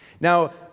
Now